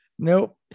Nope